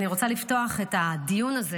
אני רוצה לפתוח את הדיון הזה,